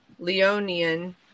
Leonian